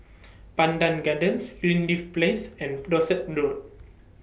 Pandan Gardens Greenleaf Place and Dorset Road